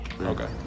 okay